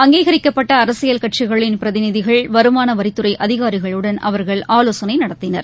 அங்கீகரிக்கப்பட்ட அரசியல் கட்சிகளின் பிரதிநிதிகள் வருமான வரித்துறை அதிகாரிகளுடன் அவர்கள் ஆலோசனை நடத்தினர்